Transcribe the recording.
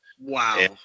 Wow